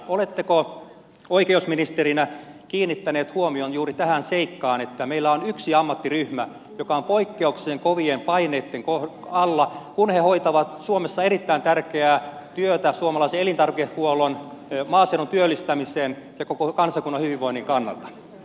oletteko oikeusministerinä kiinnittänyt huomion juuri tähän seikkaan että meillä on yksi ammattiryhmä joka on poikkeuksellisen kovien paineitten alla kun he hoitavat suomessa erittäin tärkeää työtä suomalaisen elintarvikehuollon maaseudun työllistämisen ja koko kansakunnan hyvinvoinnin kannalta